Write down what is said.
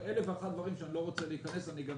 אלף אחד ודברים שאני לא רוצה להיכנס אליהם.